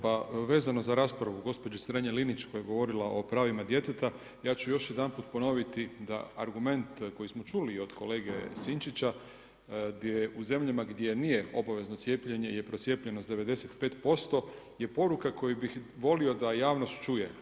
Pa vezano za raspravu gospođe Strenja Linić koja je govorila o pravima djeteta, ja ću još jedanput ponoviti, da argument koji smo čuli od kolege Sinčića, gdje u zemljama gdje nije obavezno cijepljenje je procijepljenost 95%, je poruka koju bi volio da javnost čuje.